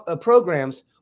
programs